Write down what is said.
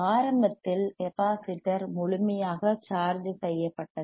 ஆரம்பத்தில் கெப்பாசிட்டர் முழுமையாக சார்ஜ் செய்யப்பட்டது